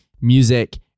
music